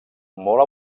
molt